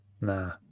nah